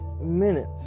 minutes